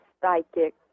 psychic